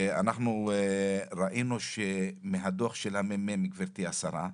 ואנחנו ראינו שמהדוח של המ"מ גברתי השרה,